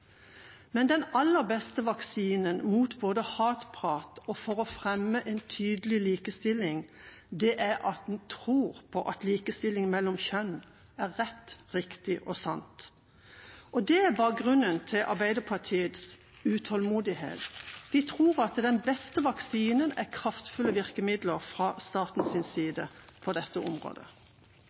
Men den aller beste vaksinen både mot hatprat og for å fremme en tydelig likestilling er at en tror på at likestilling mellom kjønn er rett, riktig og sant. Det er bakgrunnen for Arbeiderpartiets utålmodighet. Vi tror den beste vaksinen er kraftfulle virkemidler fra statens side på dette området.